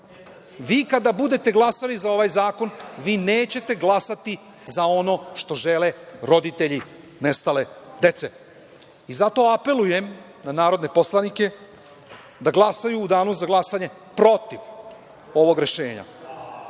Vi kada budete glasali za ovaj zakon vi nećete glasati za ono što žele roditelji nestale dece. Zato apelujem na narodne poslanike da glasaju u danu za glasanje protiv ovog rešenja.